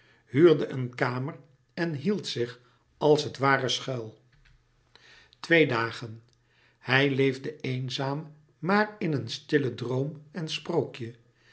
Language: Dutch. huurde een kamer en hield zich als het ware schuil twee dagen hij leefde eenzaam maar in een stillen droom en sprookje